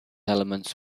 elements